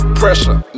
pressure